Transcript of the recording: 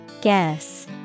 Guess